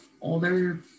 older